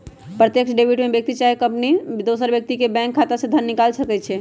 प्रत्यक्ष डेबिट में व्यक्ति चाहे कंपनी दोसर व्यक्ति के बैंक खता से धन निकालइ छै